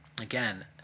again